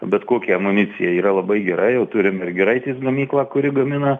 bet kokią amuniciją yra labai gerai jau turim ir giraitės gamyklą kuri gamina